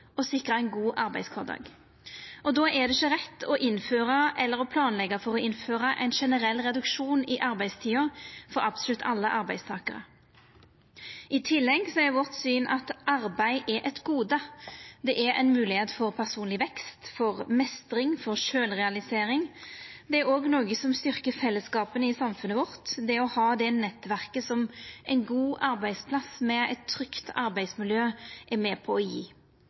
og sikra ein god arbeidskvardag. Då er det ikkje rett å innføra eller å planleggja for å innføra ein generell reduksjon i arbeidstida for absolutt alle arbeidstakarar. I tillegg er vårt syn at arbeid er eit gode. Det er ei moglegheit for personleg vekst, for meistring, for sjølvrealisering. Det er òg noko som styrkjer fellesskapa i samfunnet vårt, det å ha det nettverket som ein god arbeidsplass med eit trygt arbeidsmiljø er med på å